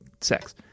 sex